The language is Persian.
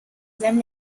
ضمن